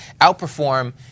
Outperform